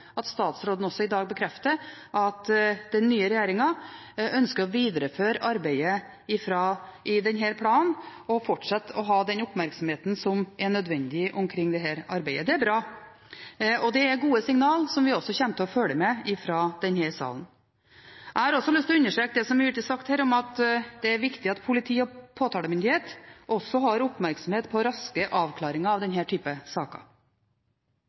at statsråden også i dag bekrefter at den nye regjeringen ønsker å videreføre arbeidet i denne planen og fortsette å ha den oppmerksomheten som er nødvendig på dette arbeidet. Det er bra. Det er gode signaler, og vi kommer til å følge med fra denne salen. Jeg har også lyst til å understreke det som har blitt sagt om at det er viktig at politi og påtalemyndighet også har oppmerksomhet på raske avklaringer av denne typen saker.